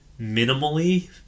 minimally